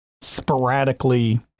sporadically